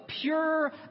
pure